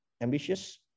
ambitious